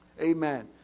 Amen